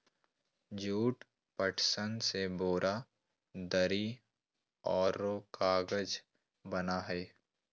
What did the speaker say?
jute, पटसन से बोरा, दरी औरो कागज बना हइ